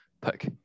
pick